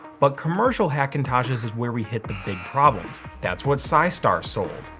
but commercial hackintosh is is where we hit the big problems. that's what psystar sold.